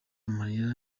amarira